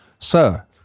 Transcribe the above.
Sir